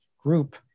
group